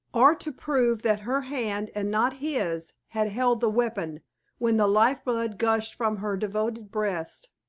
or to prove that her hand and not his had held the weapon when the life-blood gushed from her devoted breast?